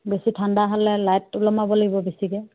বেছি ঠাণ্ডা হ'লে লাইট ওলোমাব লাগিব বেছিকে